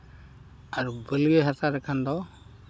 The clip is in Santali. ᱟᱨ ᱵᱟᱹᱞᱭᱟᱹ ᱦᱟᱥᱟ ᱨᱮ ᱠᱷᱟᱱ ᱫᱚ